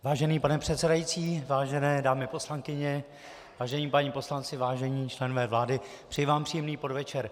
Vážený pane předsedající, vážené dámy poslankyně, vážení páni poslanci, vážení členové vlády, přeji vám příjemný podvečer.